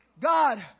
God